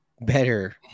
better